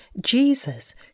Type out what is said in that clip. Jesus